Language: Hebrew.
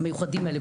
המיוחדים האלה,